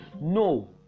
No